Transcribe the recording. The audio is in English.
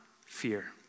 fear